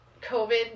covid